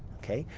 okay?